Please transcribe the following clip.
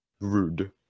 Rude